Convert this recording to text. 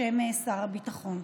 בשם שר הביטחון.